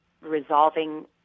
resolving